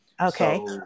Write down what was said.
Okay